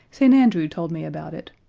st. andrew told me about it.